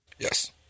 Yes